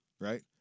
right